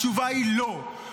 התשובה היא לא.